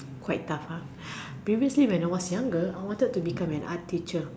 quite tough ah previously when I was younger I want to be an art teacher